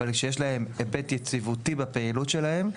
אבל שיש להם היבט יציבותי בפעילות שלהם,